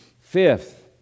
Fifth